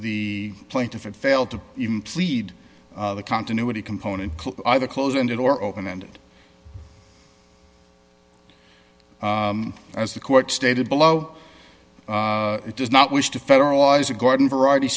e plaintiff it failed to even plead the continuity component either closing the door open ended as the court stated below it does not wish to federalize a garden variety